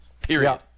period